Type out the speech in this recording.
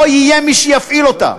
לא יהיה מי שיפעיל אותה.